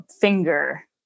finger